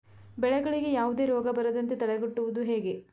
ಬೆಳೆಗಳಿಗೆ ಯಾವುದೇ ರೋಗ ಬರದಂತೆ ತಡೆಗಟ್ಟುವುದು ಹೇಗೆ?